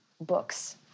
books